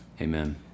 amen